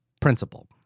principle